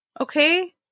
okay